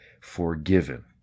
forgiven